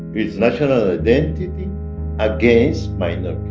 its national identity against minor